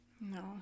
No